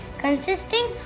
consisting